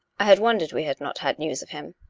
i had won dered we had not had news of him!